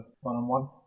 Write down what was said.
one-on-one